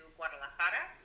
Guadalajara